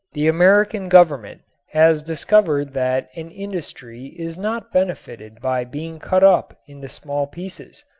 the american government has discovered that an industry is not benefited by being cut up into small pieces.